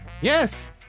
Yes